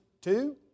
two